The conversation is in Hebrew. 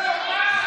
מה זה?